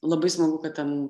labai smagu kad ten